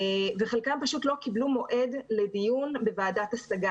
וחלקם פשוט לא קיבלו מועד לדיון בוועדת השגה.